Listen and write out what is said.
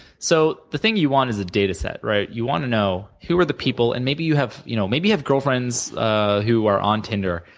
so the thing you want is a dataset. right? you want to know who are the people and maybe you have you know maybe you have girlfriends ah who are on tinder.